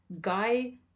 Guy